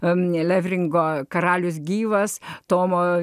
anele ringo karalius gyvas tomo